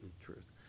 truth